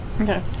Okay